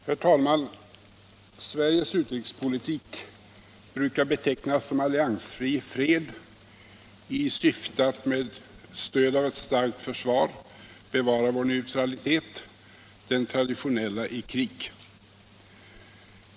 Herr talman! Sveriges utrikespolitik brukar betecknas som alliansfri i fred i syfte att med stöd av ett starkt försvar bevara vår neutralitet, den traditionella, i krig.